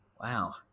Wow